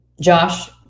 Josh